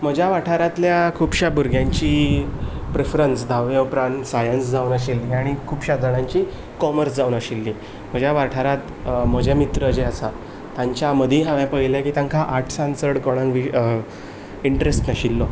म्हज्या वाठारांतल्या खुबश्या भुरग्यांचीं प्रेफरन्स धावे उपरांत सायन्स जावन आशिल्ली आनी खुबश्या जाणांचीं कोमर्स जावन आशिल्ली म्हज्या वाठारांत म्हजे मित्र जे आसात तांच्या मदीं हांवें पयला की तांकां आर्ट्सांत चड कोणांक इंटरेस्ट नाशिल्लो